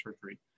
surgery